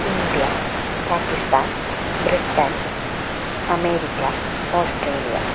India Pakistan Britain America Australia